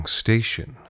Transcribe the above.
station